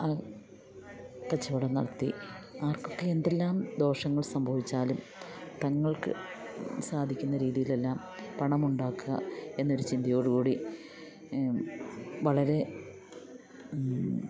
ആ കച്ചവടം നടത്തി ആർക്കൊക്കെ എന്തെല്ലാം ദോഷങ്ങൾ സംഭവിച്ചാലും തങ്ങൾക്ക് സാധിക്കുന്ന രീതിയിലെല്ലാം പണമുണ്ടാക്ക്കാക്കുക എന്നൊരു ചിന്തയോടുകൂടി വളരെ